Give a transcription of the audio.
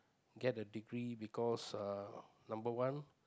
get the degree because uh number one